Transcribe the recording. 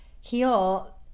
heal